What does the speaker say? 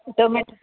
tomato